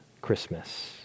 Christmas